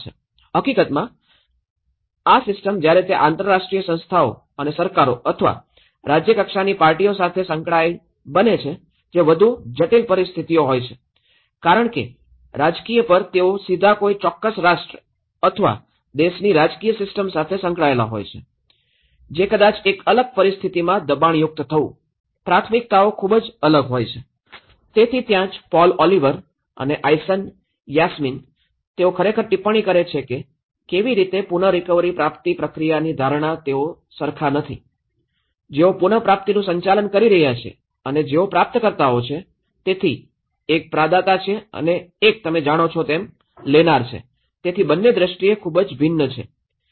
હકીકતમાં અને આ સિસ્ટમ જ્યારે તે રાષ્ટ્રીય સરકારો અથવા રાજ્ય કક્ષાની પાર્ટીઓ સાથે સંકળાયેલી બને છે જે વધુ જટિલ પરિસ્થિતિઓ હોય છે કારણ કે રાજકીય પર તેઓ સીધા કોઈ ચોક્કસ રાષ્ટ્ર અથવા દેશની રાજકીય સિસ્ટમ સાથે સંકળાયેલા હોય છે જે કદાચ એક અલગ પરિસ્થિતિમાં દબાણયુક્ત થવું પ્રાથમિકતાઓ ખૂબ જ અલગ હોય છે તેથી ત્યાં જ પોલ ઓલિવર અને આયસન યાસમિન તેઓ ખરેખર ટિપ્પણી કરે છે કે કેવી રીતે પુન રિકવરી પ્રાપ્તિ પ્રક્રિયાની ધારણા તેઓ સરખા નથી જેઓ પુન પ્રાપ્તિનું સંચાલન કરી રહ્યાં છે અને જેઓ પ્રાપ્તકર્તાઓ છે તેથી એક પ્રદાતા છે અને એક તમે જાણો છો તે લેનાર છે તેથી બંને દ્રષ્ટિએ ખૂબ જ ભિન્ન છે